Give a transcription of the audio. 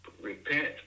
repent